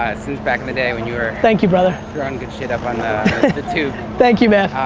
since back in the day when you were thank you brother. throwing good shit up on the tube. thank you man.